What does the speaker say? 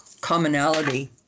commonality